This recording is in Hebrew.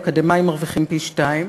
אקדמאים מרוויחים פי-שניים,